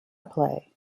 play